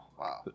Wow